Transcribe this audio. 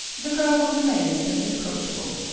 the girl was amazed and reproachful.